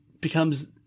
becomes